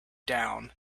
down